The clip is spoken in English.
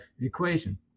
equation